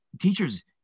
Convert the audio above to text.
teachers